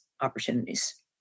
opportunities